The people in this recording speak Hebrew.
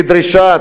לדרישה